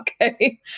Okay